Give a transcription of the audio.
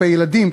כלפי ילדים,